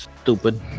stupid